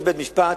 יש בית-משפט,